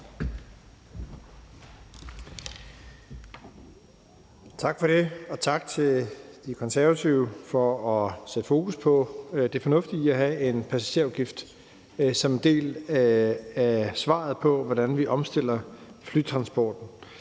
Tak for det, og tak til De Konservative for at sætte fokus på det fornuftige i at have en passagerafgift som en del af svaret på, hvordan vi omstiller flytransporten.